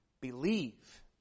believe